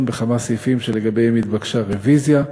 בכמה סעיפים שלגביהם התבקשה רוויזיה.